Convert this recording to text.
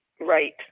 Right